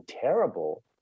terrible